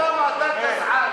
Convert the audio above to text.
כמה אתה גזען.